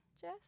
Jess